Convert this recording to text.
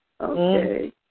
Okay